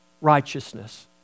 righteousness